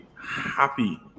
happy